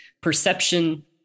perception